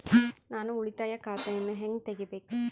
ನಾನು ಉಳಿತಾಯ ಖಾತೆಯನ್ನು ಹೆಂಗ್ ತಗಿಬೇಕು?